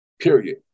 Period